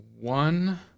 one